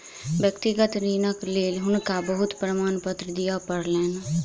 व्यक्तिगत ऋणक लेल हुनका बहुत प्रमाणपत्र दिअ पड़लैन